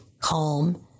calm